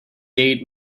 date